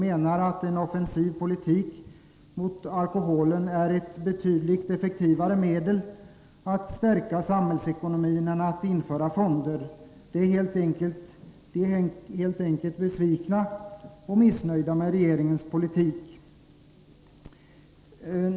En offensiv politik mot alkoholen är enligt deras mening ett betydligt effektivare medel för att stärka samhällsekonomin än att införa fonder. De är helt enkelt besvikna på och missnöjda med regeringens politik.